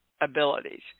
abilities